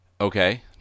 Okay